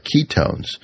ketones